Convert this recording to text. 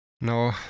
No